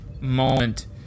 moment